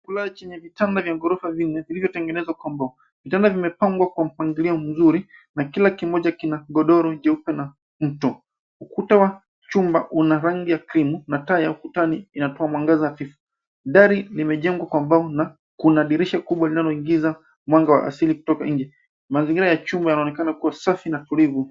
Chumba chenye vitanda vya ghorofa vinne vilivyotengenezwa kwa mbao. Vitanda vimepangwa kwa mpangilio mzuri na kila kimoja kina godoro jeupe na mto. Ukuta wa chumba una rangi ya krimu na taa ya ukutani inatoa mwangaza hafifu. Dari limejengwa kwa mbao na kuna dirisha kubwa linaloingiza mwanga wa asili kutoka nje. Mazingira ya chumba yanaonekana kuwa safi na tulivu.